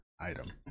item